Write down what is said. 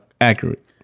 accurate